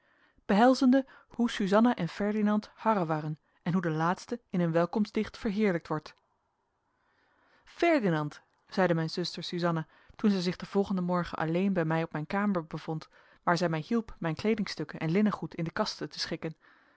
behelzende hoe suzanna en ferdinand harrewarren en hoe de laatste in een welkomstdicht verheerlijkt wordt ferdinand zeide mijn zuster suzanna toen zij zich den volgenden morgen alleen bij mij op mijn kamer bevond waar zij mij hielp mijn kleedingstukken en linnengoed in de kasten te schikken